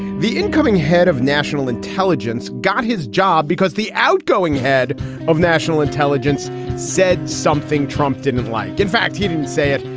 the incoming head of national intelligence got his job because the outgoing head of national intelligence said something trump didn't and like. in fact, he didn't say it.